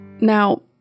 Now